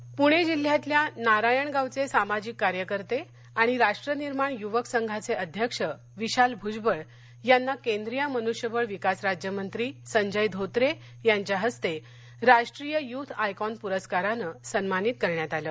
प्रस्कार पुणे जिल्ह्यातल्या नारायणगावचे सामाजिक कार्यकर्ते आणि राष्ट्रनिर्माण युवक संघाचे अध्यक्ष विशाल भुजबळ यांना केंद्रीय मनृष्यबळ विकास राज्यमंत्री संजय धोत्रे यांच्या हस्ते राष्ट्रीय युथ आयकॉन प्रस्कारानं सन्मानित करण्यात आलं